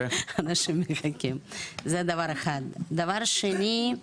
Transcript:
דבר שני,